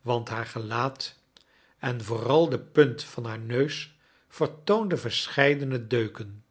want haar gelaat en vooral de punt van haar neus vertoonde verscheidene deuken